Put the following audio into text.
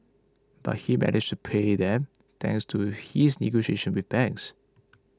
but he managed to pay them thanks to his negotiations with banks